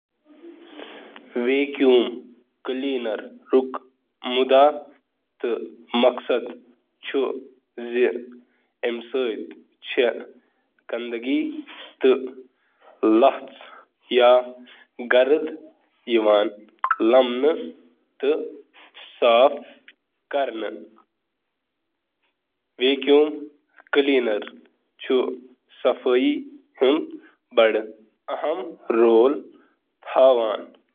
Vacuum cleaner کَمہِ مقصدٕچ کٲم چھِ کران؟ ویکیوم کلینرَن ہُنٛد مقصد چھُ فرش، قالین، اپہولسٹری، تہٕ فرنیچر ہِش سطحَو پٮ۪ٹھ گندٕ، گردِ تہٕ ملبہٕ ہٹاونہٕ خٲطرٕ استعمال یِوان کرنہٕ۔